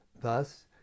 Thus